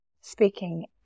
speaking